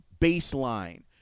baseline